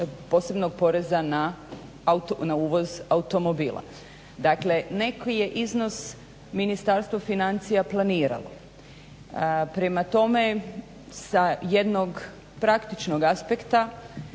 posebnog poreza na uvoz automobila. Dakle neki je iznos Ministarstvo financija planiralo. Prema tome sa jednog praktičnog aspekta